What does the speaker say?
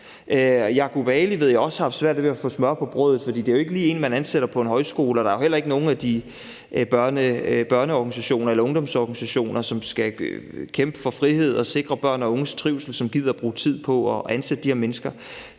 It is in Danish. Yaqoub Ali ved jeg også har haft svært ved at få smør på brødet, fordi det jo ikke lige er en, man ansætter på en højskole, og der er jo heller ikke nogen af de børneorganisationer eller ungdomsorganisationer, som skal kæmpe for frihed og sikre børn og unges trivsel, som gider bruge tid på at ansætte de her mennesker.